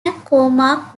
mccormack